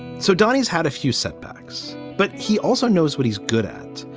so, don, he's had a few setbacks, but he also knows what he's good at.